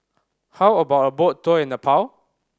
how about a boat tour in Nepal